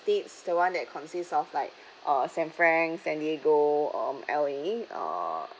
states the one that consists of like uh san fran san diego um L_A uh